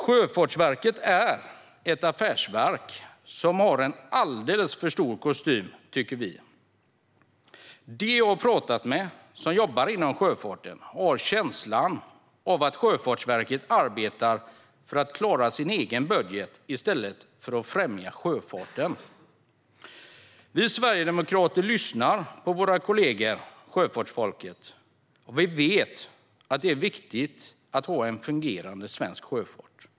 Sjöfartsverket är ett affärsverk som har en alldeles för stor kostym, tycker vi. Dem som jag har pratat med och som jobbar inom sjöfarten har känslan av att Sjöfartsverket arbetar för att klara sin egen budget i stället för att främja sjöfarten. Vi sverigedemokrater lyssnar på våra kollegor sjöfartsfolket och vet att det är viktigt att ha en fungerande svensk sjöfart.